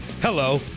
hello